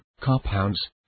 compounds